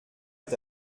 est